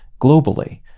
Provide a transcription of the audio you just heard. globally